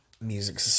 music